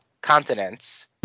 continents